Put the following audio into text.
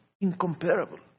incomparable